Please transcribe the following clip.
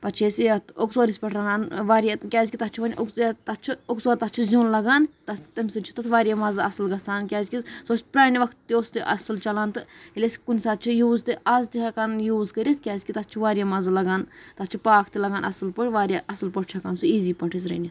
پَتہٕ چھِ أسۍ یَتھ اوٚکژٲرِس پٮ۪ٹھ رَنان واریاہ کیازِ کہِ تَتھ چھُ وَن اوٚکژور تَتھ چھُ زیُن لگان تَتھ تَمہِ سۭتۍ چھُ تَتھ واریاہ مزٕ اَصٕل گژھان کیازِ کہِ سُہ چھُ پرانہِ وقتہٕ تہِ اوس سُہ اَصٕل چلان تہٕ ییٚلہِ أسۍ کُنہِ ساتہٕ چھِ یوٗز تہِ آز تہِ ہیٚکان یوٗز کٔرِتھ کیازِ کہِ تَتھ چھُ واریاہ مَزٕ لگان تَتھ چھُ پاکھ تہِ لگان اَصٕل پٲٹھۍ واریاہ اَصٕل پٲٹھۍ چھِ ہیٚکان أسۍ سُہ ایٖزی پٲٹھۍ رٔنِتھ